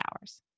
hours